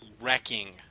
wrecking